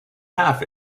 half